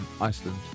Iceland